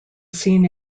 seen